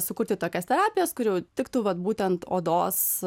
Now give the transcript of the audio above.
sukurti tokias terapijas kur jau tiktų vat būtent odos